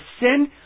sin